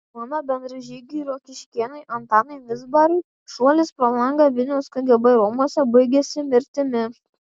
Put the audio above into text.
mano bendražygiui rokiškėnui antanui vizbarui šuolis pro langą vilniaus kgb rūmuose baigėsi mirtimi